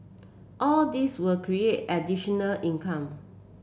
all these will create additional income